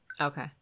Okay